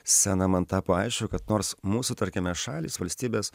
sceną man tapo aišku kad nors mūsų tarkime šalys valstybės